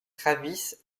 travis